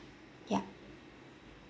ya